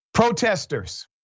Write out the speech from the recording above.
Protesters